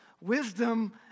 Wisdom